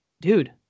dude